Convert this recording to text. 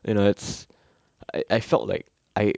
you know it's I I felt like I